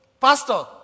Pastor